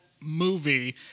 movie